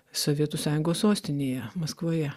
sovietų sąjungos sostinėje maskvoje